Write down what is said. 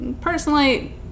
personally